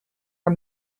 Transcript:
are